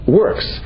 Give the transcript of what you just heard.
works